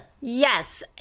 yes